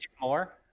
More